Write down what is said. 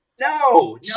No